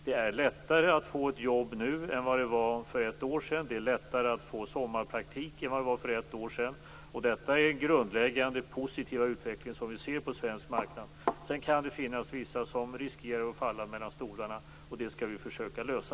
Det är lättare att få ett jobb nu än det var för ett år sedan. Det är lättare att få sommarpraktik än det var för ett år sedan. Detta är grundläggande i den positiva utveckling som vi ser på svensk marknad. Sedan kan det finnas vissa som riskerar att falla mellan stolarna. Det skall vi försöka lösa.